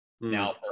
Now